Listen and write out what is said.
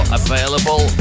available